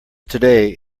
today